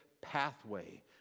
pathway